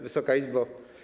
Wysoka Izbo!